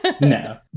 No